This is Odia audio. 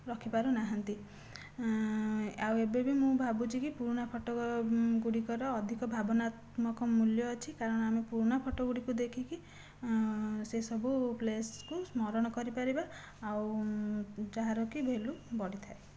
ରଖିପାରୁନାହାନ୍ତି ଆଉ ଏବେ ବି ମୁଁ ଭାବୁଛିକି ପୁରୁଣା ଫଟୋ ଗୁଡ଼ିକର ଅଧିକ ଭାବନାତ୍ମକ ମୂଲ୍ୟ ଅଛି କାରଣ ଆମେ ପୁରୁଣା ଫଟୋ ଗୁଡ଼ିକୁ ଦେଖିକି ସେ ସବୁ ପ୍ଲେସକୁ ସ୍ମରଣ କରିପାରିବା ଆଉ ଯାହାରକି ଭାଲ୍ୟୁ ବଢ଼ିଥାଏ